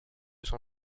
son